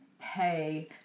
pay